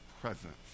presence